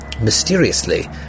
mysteriously